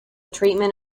treatment